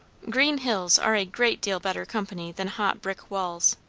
green hills are a great deal better company than hot brick walls.